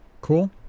cool